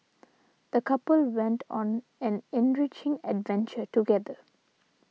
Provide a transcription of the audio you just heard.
the couple went on an enriching adventure together